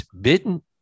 bitten